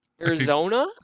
Arizona